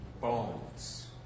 bones